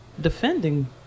Defending